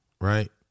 right